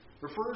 Refers